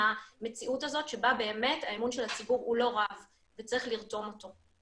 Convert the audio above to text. המציאות הזאת שבה באמת האמון של הציבור הוא לא רב וצריך לרתום אותו.